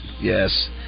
Yes